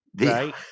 right